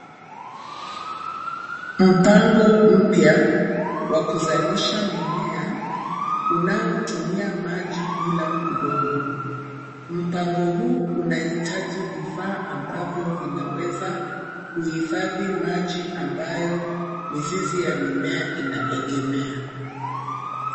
Mpango mpya wa kuzalisha mimea unaotumia unaotumia maji bila udongo, mpango huu unahitaji vifaa ambavyo vinaweza kuhifadhi maji ambayo mizizi ya mimea inaegemea.